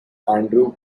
andrew